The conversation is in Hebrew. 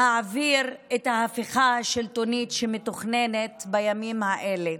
להעביר את ההפיכה השלטונית שמתוכננת בימים האלה.